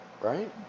right